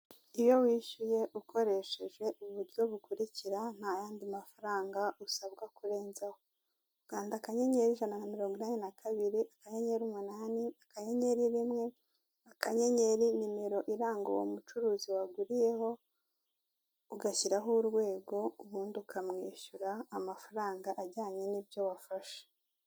Iyo wishyuye ukoresheje uburyo bukurikira ntayandi mafaranga usabwa kurenzaho, kanda akanyenyeri ijana na mirongo inani na kabiri akanyenyeri umunani akanyenyeri rimwe akanyenyeri numero iranga uwo mucuruzi waguriyeho ugashyiraho urwego ubundi ukamwishyura amafaranga ajyanye n'ibyo wafashe.